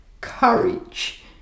courage